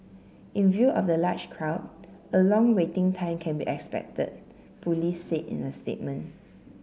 in view of the large crowd a long waiting time can be expected Police said in the statement